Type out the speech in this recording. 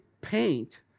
paint